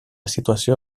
situació